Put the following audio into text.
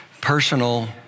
personal